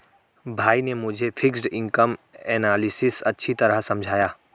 भाई ने मुझे फिक्स्ड इनकम एनालिसिस अच्छी तरह समझाया